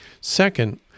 Second